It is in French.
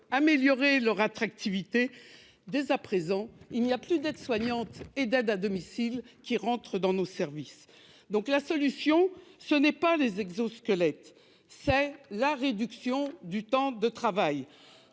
améliorer leur attractivité. Déjà, il n'y a plus d'aides-soignants et d'aides à domicile pour entrer dans nos services. La solution, ce n'est pas les exosquelettes, mais la réduction du temps de travail.